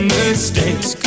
mistakes